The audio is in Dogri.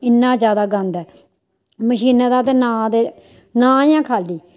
इन्ना जैदा गंद ऐ मशीनें दा ते नां ते नां ई ऐ खाली